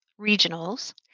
regionals